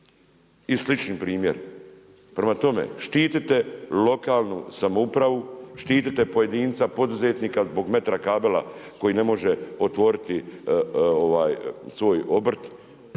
I slični primjer. Prema tome, štitite lokalnu samoupravu, štitite pojedinca, poduzetnika zbog metra kabela koji ne može otvoriti svoj obrt.